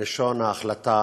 הראשון, ההחלטה